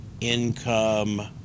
income